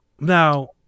now